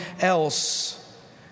else